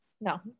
No